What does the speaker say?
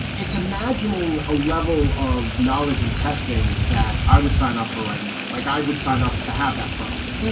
it's imagining a level of knowledge and testing that i would sign up for right now. like i would sign up to have that problem.